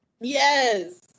Yes